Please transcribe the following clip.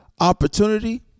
opportunity